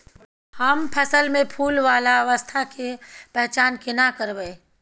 हम फसल में फुल वाला अवस्था के पहचान केना करबै?